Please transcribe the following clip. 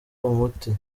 umuti